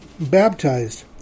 baptized